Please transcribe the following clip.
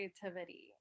creativity